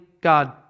God